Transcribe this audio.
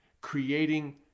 creating